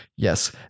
Yes